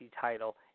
title